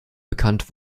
bekannt